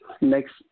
Next